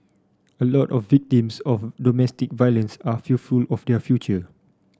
a lot of victims of domestic violence are fearful of their future